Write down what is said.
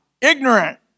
ignorant